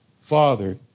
Father